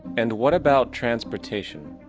and what about transportation?